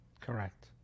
Correct